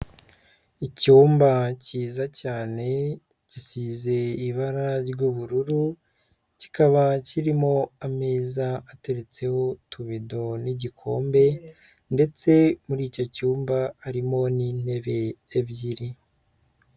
Icyumba cyiza cyane, gisize ibara ry'ubururu, kikaba kirimo ameza ateretseho utubido n'igikombe, ndetse muri icyo cyumba harimo n'intebe ebyiri.